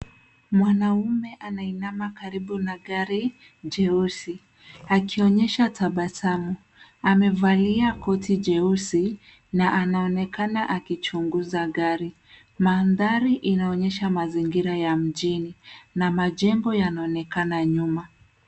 Mwanaume anainama karibu na gari jeusi akionyesha tabasamu. Amevalia koti jeusi na anaonekana akichuguza gari. Mandhari inaonyesha mazingira ya mjini na majengo yanaonekana nyuma.